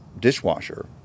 dishwasher